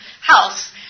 house